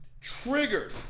Triggered